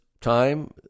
time